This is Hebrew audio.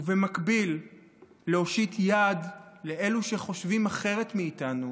ובמקביל להושיט יד לאלה שחושבים אחרת מאיתנו